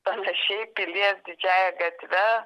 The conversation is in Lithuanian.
panašiai pilies didžiąja gatve